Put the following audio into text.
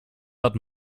hat